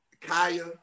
Kaya